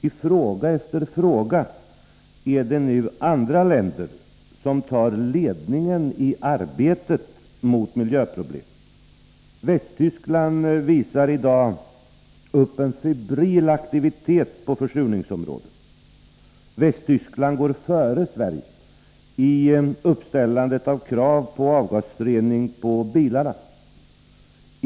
I fråga efter fråga är det nu andra länder som tar ledningen i arbetet mot miljöproblemen. Västtyskland visar i dag upp en febril aktivitet på försurningsområdet. Västtyskland går före Sverige i uppställandet av krav på avgasrening för bilarna.